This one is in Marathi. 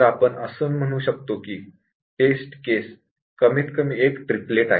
आपण असे म्हणू शकतो की टेस्ट केस कमीतकमी एक ट्रिपलेट आहे